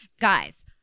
Guys